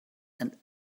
and